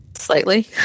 slightly